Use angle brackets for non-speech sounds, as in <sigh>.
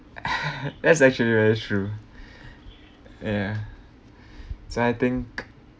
<laughs> that's actually very true ya so I think